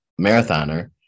marathoner